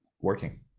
working